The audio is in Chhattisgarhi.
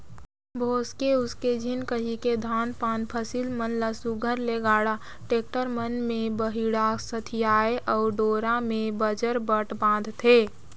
भोसके उसके झिन कहिके धान पान फसिल मन ल सुग्घर ले गाड़ा, टेक्टर मन मे बड़िहा सथियाथे अउ डोरा मे बजरबट बांधथे